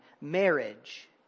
marriage